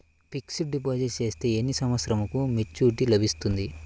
Fixed deposit చేస్తే ఎన్ని సంవత్సరంకు మెచూరిటీ లభిస్తుంది?